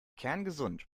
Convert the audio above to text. kerngesund